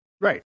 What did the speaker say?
Right